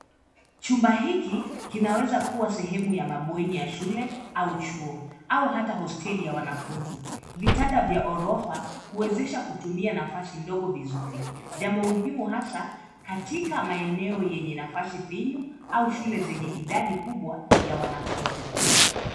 Chumba hiki kinaweza kuwa sehemu ya mabweni ya shule au chuo au hata hosteli ya wanafunzi. Vitanda vya gorofa huwezesha kutumia nafasi ndogo vizuri. Jambo muhimu hasa katika maeneo yenye nafasi finyu au shule zenye idadi kubwa ya wanafunzi.